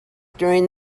during